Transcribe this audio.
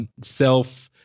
self